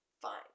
Fine